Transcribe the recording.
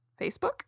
Facebook